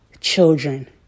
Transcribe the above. children